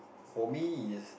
for me it's